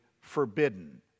forbidden